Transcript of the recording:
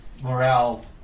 morale